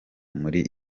muri